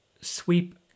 sweep